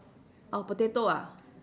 orh potato ah